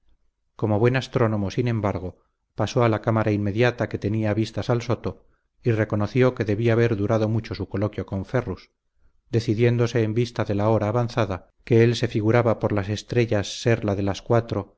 como buen astrónomo sin embargo pasó a la cámara inmediata que tenía vistas al soto y reconoció que debía haber durado mucho su coloquio con ferrus decidiéndose en vista de la hora avanzado que él se figuraba por las estrellas ser la de las cuatro